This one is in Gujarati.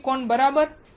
સિલીકોન બરાબર